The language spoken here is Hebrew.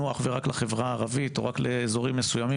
אך ורק לחברה הערבית או רק לאזורים מסוימים,